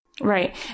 Right